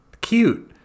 Cute